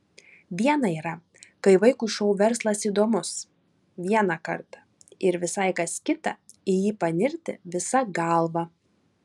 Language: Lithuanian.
viena yra kai vaikui šou verslas įdomus vieną kartą ir visai kas kita į jį panirti visa galva